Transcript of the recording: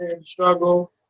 Struggle